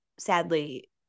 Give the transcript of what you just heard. Sadly